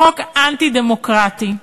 בחוק אנטי-דמוקרטי,